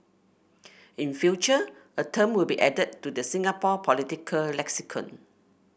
in future a term will be added to the Singapore political lexicon